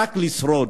רק לשרוד.